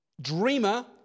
dreamer